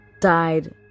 died